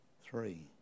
Three